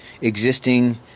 existing